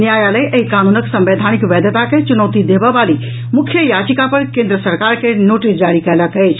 न्यायालय एहि कानूनक संवैधानिक वैधता के चूनौती देबऽ वाली मुख्य याचिका पर केन्द्र सरकार के नोटिस जारी कयलक अछि